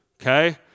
Okay